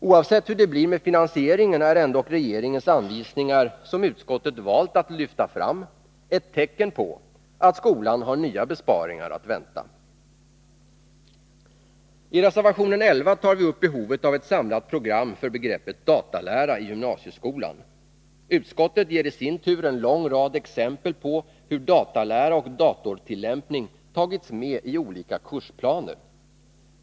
Oavsett hur det blir med finansieringen är ändock regeringens anvisningar, som utskottet nu valt att lyfta fram, ett tecken på att skolan har nya besparingar att vänta. I reservation 11 tar vi upp behovet av ett samlat program för begreppet Datalära i gymnasieskolan. Utskottet ger i sin tur en lång rad exempel på hur datalära och datortillämpning tagits med i olika kursplaner.